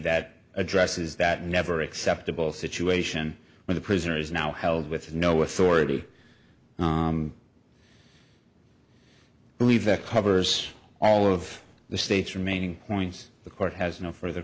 that addresses that never acceptable situation where the prisoners now held with no authority believe that covers all of the state's remaining points the court has no further